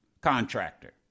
contractor